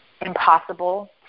impossible